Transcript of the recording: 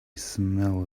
smell